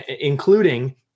including